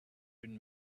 been